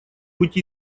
быть